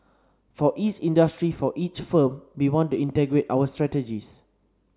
for each industry for each firm we want to integrate our strategies